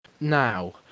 Now